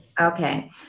Okay